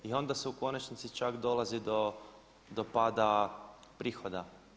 I onda se u konačnici čak dolazi do pada prihoda.